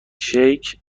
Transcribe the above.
شیک